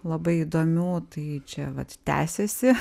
labai įdomių tai čia vat tęsiasi